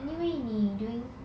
anyway 你 during